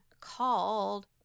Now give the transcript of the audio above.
called